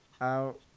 out